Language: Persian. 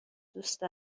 دوست